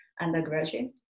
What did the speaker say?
undergraduate